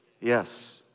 Yes